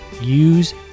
Use